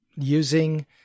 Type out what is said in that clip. using